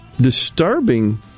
disturbing